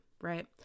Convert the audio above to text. right